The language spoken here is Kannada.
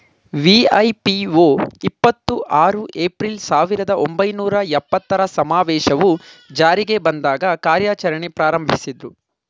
ವಿ.ಐ.ಪಿ.ಒ ಇಪ್ಪತ್ತು ಆರು ಏಪ್ರಿಲ್, ಸಾವಿರದ ಒಂಬೈನೂರ ಎಪ್ಪತ್ತರ ಸಮಾವೇಶವು ಜಾರಿಗೆ ಬಂದಾಗ ಕಾರ್ಯಾಚರಣೆ ಪ್ರಾರಂಭಿಸಿದ್ರು